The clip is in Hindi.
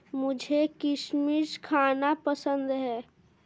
मुझें किशमिश खाना पसंद है